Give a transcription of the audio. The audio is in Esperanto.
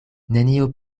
nenio